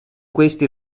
questi